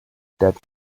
that